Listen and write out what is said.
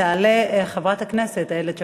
תעלה חברת הכנסת איילת שקד.